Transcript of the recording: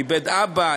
איבד אבא,